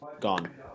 Gone